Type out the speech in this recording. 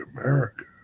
America